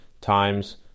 times